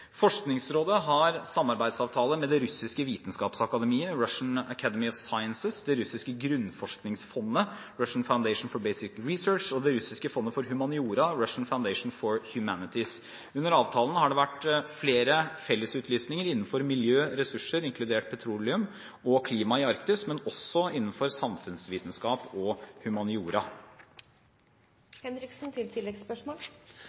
Forskningsrådet har samarbeidsavtaler med det russiske vitenskapsakademiet, Russian Academy of Sciences, det russiske grunnforskningsfondet, Russian Foundation for Basic Research, og det russiske fondet for humaniora, Russian Foundation for Humanities. Under avtalene har det vært flere fellesutlysninger innenfor miljø, ressurser – inkludert petroleum – og klima i Arktis, men også innenfor samfunnsvitenskap og